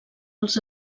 els